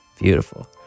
beautiful